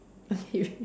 okay